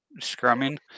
scrumming